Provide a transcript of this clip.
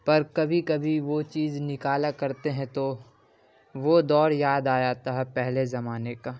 پر کبھی کبھی وہ چیز نکالا کرتے ہیں تو وہ دور یاد آ جاتا ہے پہلے زمانے کا